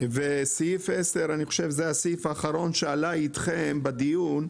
סעיף 10 הוא הסעיף האחרון שעלה בדיון איתכם.